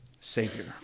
Savior